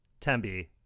Tembi